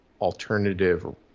alternative